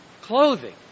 clothing